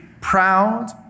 proud